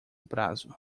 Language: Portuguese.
prazo